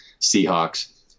seahawks